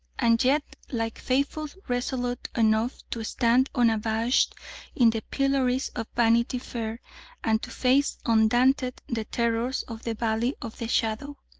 and yet, like faithful, resolute enough to stand unabashed in the pillories of vanity fair and to face undaunted the terrors of the valley of the shadow.